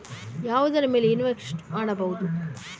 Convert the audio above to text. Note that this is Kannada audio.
ಯಾವುದರ ಮೇಲೆ ಇನ್ವೆಸ್ಟ್ ಮಾಡಬಹುದು?